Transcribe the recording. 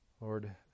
Lord